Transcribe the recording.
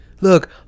Look